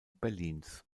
berlins